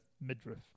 midriff